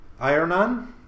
Ironon